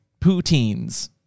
poutines